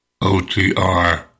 OTR